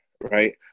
Right